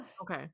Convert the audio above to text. Okay